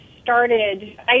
started